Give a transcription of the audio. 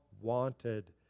wanted